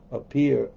appear